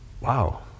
Wow